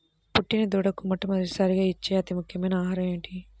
పుట్టిన దూడకు మొట్టమొదటిసారిగా ఇచ్చే అతి ముఖ్యమైన ఆహారము ఏంటి?